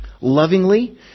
lovingly